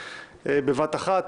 בשתיהן בבת אחת,